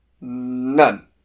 None